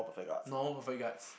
normal perfcet guards